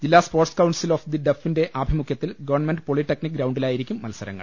ജില്ലാ sports council of the ഡഫിന്റെ ആഭിമുഖ്യത്തിൽ ഗവൺമെന്റ് പോളിടെക്നിക് ഗ്രൌണ്ടിലാ യിരിക്കും മത്സരങ്ങൾ